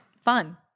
fun